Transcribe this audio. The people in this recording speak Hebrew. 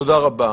תודה רבה.